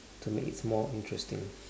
to make its more interesting